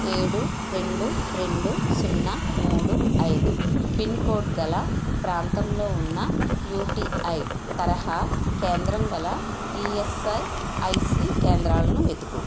ఏడు రెండు రెండు సున్నా మూడు ఐదు పిన్కోడ్ గల ప్రాంతంలో ఉన్న యుటిఐ తరహా కేంద్రం గల ఈఎస్ఐ ఐసి కేంద్రాలను వెతుకు